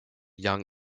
young